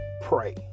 pray